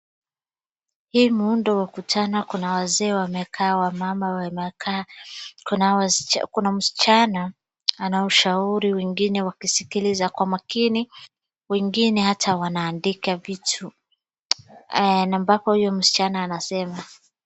Hii mkutano kuna wazee, wamama wamekaa, kuna msichana anao shauri wengine wakisikiliza kwa makini, wengine hapa wanaandika vitu ambapo huyu msichana anasema.